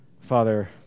Father